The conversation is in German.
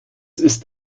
ist